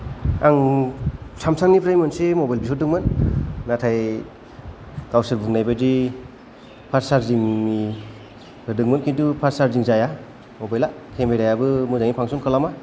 आं सामसां निफ्राय मोनसे मबाइल बिहरदोंमोन नाथाय गावसोर बुंनाय बायदि फास्त चारजिं नि होदोंमोन किन्तु फास्त चारजिं जाया मबाइल आ केमेरा याबो मोजाङै फांसन खालामा